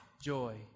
joy